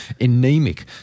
anemic